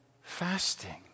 fasting